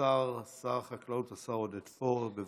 שר החקלאות, השר עודד פורר, בבקשה.